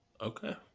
Okay